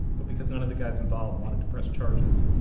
but because none of the guys involved wanted to press charges.